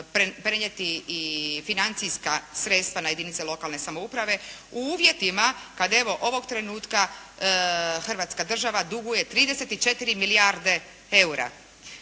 prenijeti i financijska sredstva na jedinice lokalne samouprave u uvjetima kada evo ovog trenutka Hrvatska država duguje 34 milijarde eura.